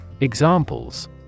Examples